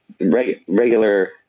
Regular